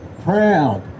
proud